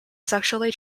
sexually